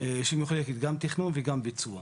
שמחולקת גם לתכנון וגם לביצוע.